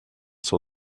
saw